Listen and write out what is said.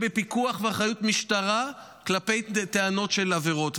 בפיקוח ובאחריות משטרה כלפי טענות של עבירות.